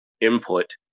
input